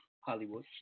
Hollywood